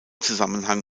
zusammenhang